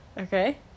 Okay